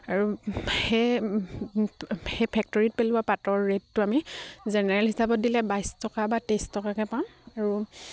আৰু সেই সেই ফেক্টৰীত পেলোৱা পাতৰ ৰেটটো আমি জেনেৰেল হিচাপত দিলে বাইছ টকা বা তেইছ টকাকে পাওঁ আৰু